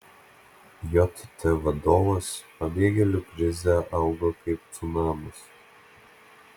jt vadovas pabėgėlių krizė auga kaip cunamis